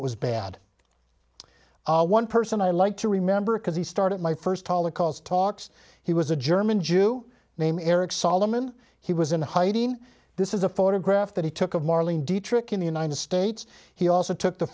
it was bad one person i like to remember because he started my first holocaust talks he was a german jew name eric solomon he was in hiding this is a photograph that he took of marlene dietrich in the united states he also took the